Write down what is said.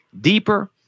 deeper